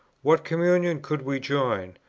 what communion could we join?